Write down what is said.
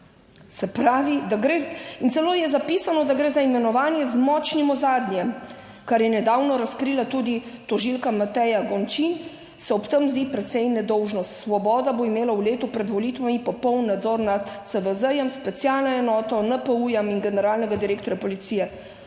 je apisano, da gre za imenovanje z močnim ozadjem, kar je nedavno razkrila tudi tožilka Mateja Gončin, se ob tem zdi precej nedolžno. Svoboda bo imela v letu pred volitvami popoln nadzor nad CVZ, specialno enoto NPU in generalnega direktorja policije.